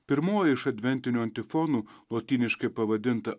pirmoji iš adventinių antifonų lotyniškai pavadinta